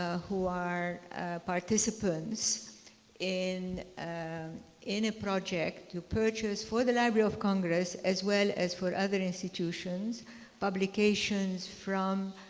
ah who are participants in in a project to purchase for the library of congress as well as for other institutions publications from